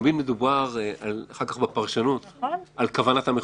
תמיד מדובר אחר כך בפרשנות על כוונת המחוקק.